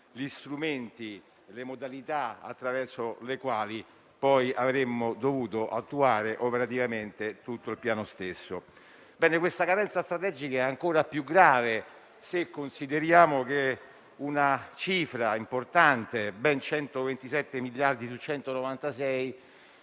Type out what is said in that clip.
agli strumenti e modalità attraverso i quali avremmo poi dovuto attuare operativamente tutto il Piano. Questa carenza strategica è ancora più grave se consideriamo che una cifra importante, pari a ben 127 miliardi di euro